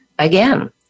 again